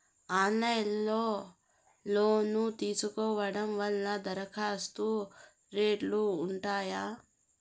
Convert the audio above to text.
Online లో loan తీసుకోవడం వల్ల దరఖాస్తు రేట్లు ఉంటాయా?